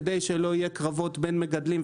כדי שלא יהיה קרבות בין מגדלים.